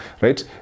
right